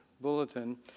bulletin